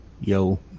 Yo